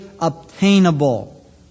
obtainable